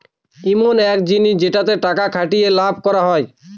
ইমন এক জিনিস যেটাতে টাকা খাটিয়ে লাভ করা হয়